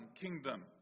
kingdom